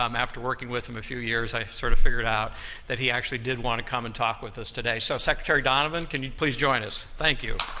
um after working with him a few years, i sort of figured out that he actually did want to come and talk with us today, so secretary donovan, can you please join us, thank you.